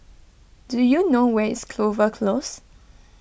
do you know where is Clover Close